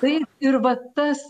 taip ir va tas